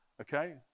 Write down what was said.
Okay